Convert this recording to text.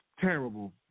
Terrible